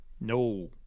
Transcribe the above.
No